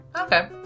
okay